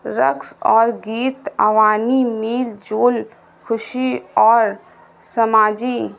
رقص اور گیت عوانی میل جل خوشی اور سماجی